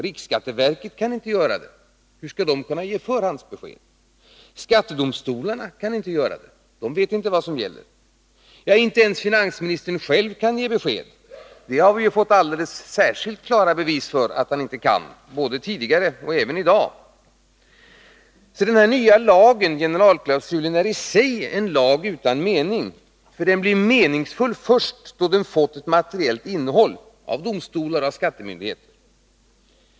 Riksskatteverket kan inte göra det — hur skall det kunna ge förhandsbesked? Skattedomstolarna kan inte göra det — de vet inte vad som gäller. Inte ens finansministern själv kan ge besked. Det har vi fått särskilt klara bevis för att han inte kan, tidigare och även i dag. Den nya generalklausulen är i sig en lag utan mening. Den blir meningsfull först då den fått ett materiellt innehåll av domstolar och skattemyndigheter.